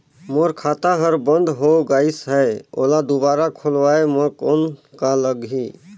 मोर खाता हर बंद हो गाईस है ओला दुबारा खोलवाय म कौन का लगही?